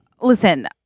Listen